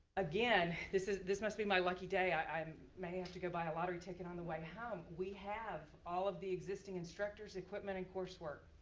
again, this ah this must be my lucky day. i um may have to go buy a lottery ticket on the way home. we have all of the existing instructors, equipment, and coursework.